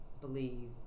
believe